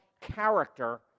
character